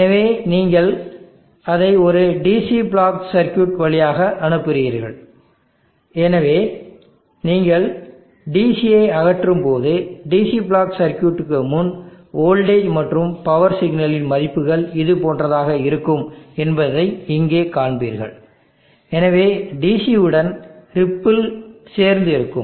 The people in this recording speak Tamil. எனவே நீங்கள் அதை ஒரு DC பிளாக் சர்க்யூட் வழியாக அனுப்புகிறீர்கள் எனவே நீங்கள் DCயை அகற்றும்போது DC பிளாக் சர்க்யூட்டுக்கு முன் வோல்டேஜ் மற்றும் பவர் சிக்னலின் மதிப்புகள் இதுபோன்றதாக இருக்கும் என்பதை இங்கே காண்பீர்கள் எனவே DC உடன் ரிப்பிள் சேர்ந்து இருக்கும்